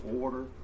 order